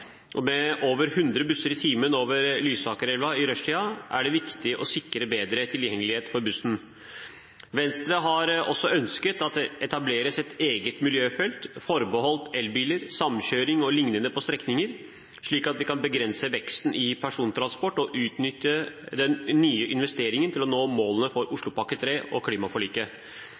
og med over 100 busser i timen over Lysakerelva i rushtiden er det viktig å sikre bedre tilgjengelighet for bussen. Venstre har også ønsket at det etableres et eget miljøfelt forbeholdt elbiler, samkjøring o.l. på strekningen, slik at vi kan begrense veksten i persontransport og utnytte den nye investeringen til å nå målene for Oslopakke 3 og klimaforliket.